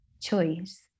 choice